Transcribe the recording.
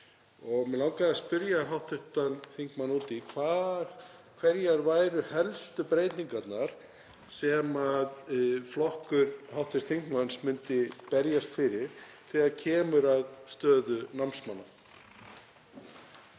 Mig langaði að spyrja hv. þingmann út í það hverjar væru helstu breytingarnar sem flokkur hv. þingmanns myndi berjast fyrir þegar kemur að stöðu námsmanna.